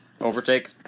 Overtake